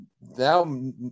now